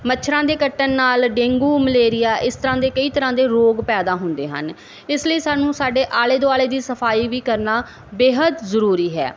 ਮੱਛਰਾਂ ਦੇ ਕੱਟਣ ਨਾਲ ਡੇਂਗੂ ਮਲੇਰੀਆ ਇਸ ਤਰ੍ਹਾਂ ਦੇ ਕਈ ਤਰ੍ਹਾਂ ਦੇ ਰੋਗ ਪੈਦਾ ਹੁੰਦੇ ਹਨ ਇਸ ਲਈ ਸਾਨੂੰ ਸਾਡੇ ਆਲੇ ਦੁਆਲੇ ਦੀ ਸਫਾਈ ਵੀ ਕਰਨਾ ਬੇਹਦ ਜ਼ਰੂਰੀ ਹੈ